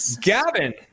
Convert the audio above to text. Gavin